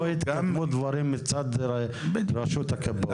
אבל לא התקדמו הדברים מצד רשות הכבאות.